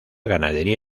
ganadería